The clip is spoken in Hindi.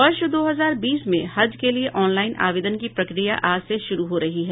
वर्ष दो हजार बीस में हज के लिए ऑनलाईन आवेदन की प्रक्रिया आज से शुरू हो रही है